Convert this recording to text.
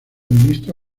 ministro